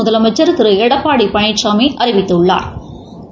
முதலமைச்சா் திரு எடப்பாடி பழனிசாமி அறிவித்துள்ளாா்